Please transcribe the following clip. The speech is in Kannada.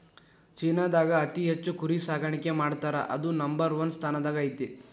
ಚೇನಾದಾಗ ಅತಿ ಹೆಚ್ಚ್ ಕುರಿ ಸಾಕಾಣಿಕೆ ಮಾಡ್ತಾರಾ ಅದು ನಂಬರ್ ಒನ್ ಸ್ಥಾನದಾಗ ಐತಿ